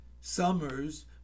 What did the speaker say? summers